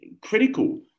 critical